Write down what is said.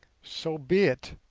so be it.